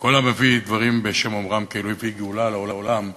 שכל המביא דברים בשם אומרם כאילו הביא גאולה לעולם,